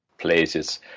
places